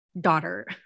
daughter